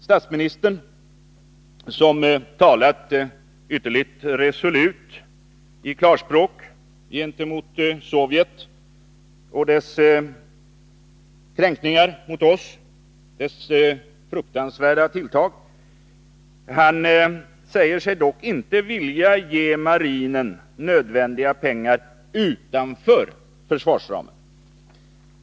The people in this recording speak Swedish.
Statsministern, som talat ytterligt resolut i klarspråk gentemot Sovjet och dess kränkningar mot oss, dess fruktansvärda tilltag, säger sig dock inte vilja ge marinen nödvändiga pengar utanför försvarsramen.